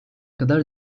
kadar